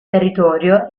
territorio